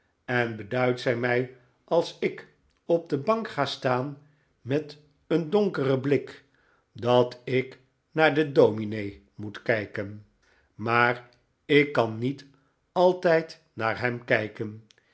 en beduidt zij mij als ik op de bank ga staan met een donkeren eerste indrukken blik dat ik naar den domine moet kijken maar ik kan niet altijd naar hem kijken